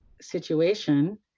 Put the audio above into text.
situation